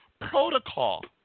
protocol